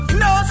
no